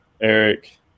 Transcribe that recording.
Eric